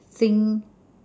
thing